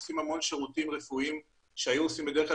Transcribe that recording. הם עושים המון שירותים רפואיים שבדרך כלל היו